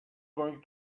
going